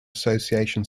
association